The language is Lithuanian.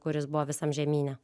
kuris buvo visam žemyne